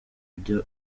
ujya